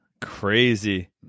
Crazy